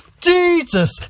Jesus